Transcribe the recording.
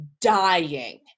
dying